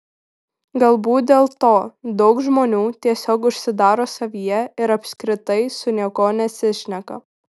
galbūt dėl to daug žmonių tiesiog užsidaro savyje ir apskritai su niekuo nesišneka